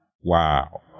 Wow